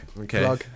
Okay